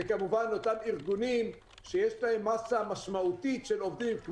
וכמובן אותם ארגונים שיש להם מסה משמעותית של עובדים,